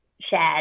shared